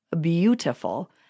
beautiful